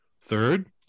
Third